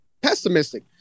Pessimistic